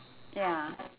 ya